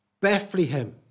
Bethlehem